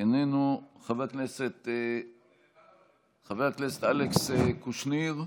איננו, חבר הכנסת אלכס קושניר,